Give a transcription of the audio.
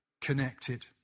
connected